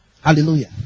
Hallelujah